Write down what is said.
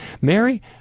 Mary